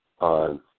on